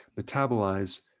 metabolize